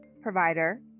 Provider